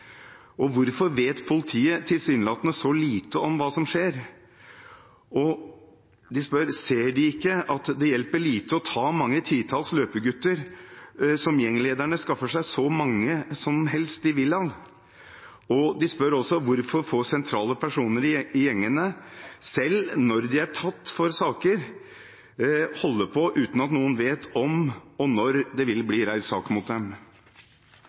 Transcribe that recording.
Hvorfor vet politiet tilsynelatende så lite om hva som skjer? Og de spør: Ser de ikke at det hjelper lite å ta mange titalls løpegutter, som gjenglederne skaffer seg så mange som de vil av? De spør også: Hvorfor får sentrale personer i gjengene, selv når de er tatt for saker, holde på uten at noen vet om eller når det vil bli reist sak mot dem?